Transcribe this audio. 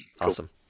Awesome